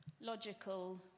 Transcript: logical